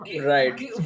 Right